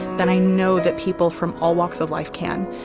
then i know that people from all walks of life can.